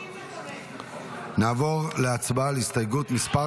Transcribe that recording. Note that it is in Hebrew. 35. נעבור להצבעה על הסתייגות מס'